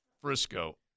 Frisco